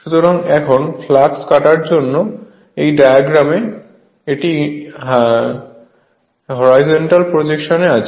সুতরাং এখন ফ্লাক্স কাটার জন্য এই ডায়াগ্রামে এটি হরাইজনটাল পজিশন এ আছে